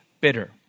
bitter